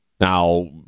Now